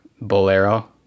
bolero